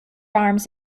arms